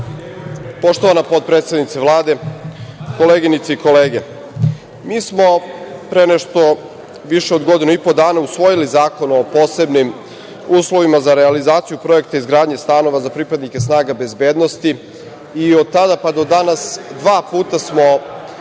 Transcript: Hvala. Poštovana potpredsednice Vlade, koleginice i kolege, mi smo pre nešto više od godinu i po dana usvojili Zakon o posebnim uslovima za realizaciju Projekta izgradnje stanova za pripadnike snaga bezbednosti i od tada pa do danas dva puta smo